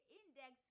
index